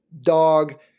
dog